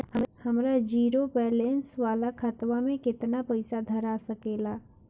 हमार zero balance वाला खतवा म केतना पईसा धरा सकेला?